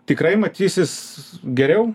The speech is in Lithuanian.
tikrai matysis geriau